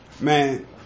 man